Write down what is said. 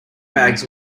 bags